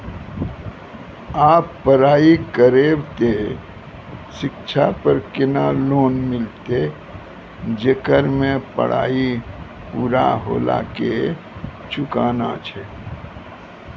आप पराई करेव ते शिक्षा पे केना लोन मिलते येकर मे पराई पुरा होला के चुकाना छै?